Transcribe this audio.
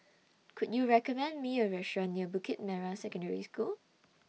Could YOU recommend Me A Restaurant near Bukit Merah Secondary School